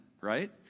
right